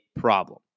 problem